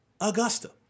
Augusta